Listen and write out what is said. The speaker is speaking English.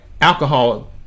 alcohol